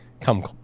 come